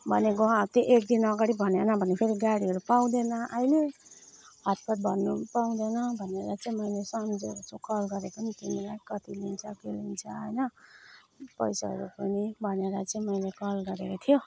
भनेको त्यो एकदिन अगाडि भनेन भने फेरि गाडीहरू पाउँदैन अहिले हतपत भन्नु पाउँदैन भनेर चाहिँ मैले सम्झिएर चाहिँ कल गरेको नि तिमीलाई कति लिन्छ के लिन्छ होइन पैसाहरू पनि भनेर चाहिँ मैले कल गरेको थियो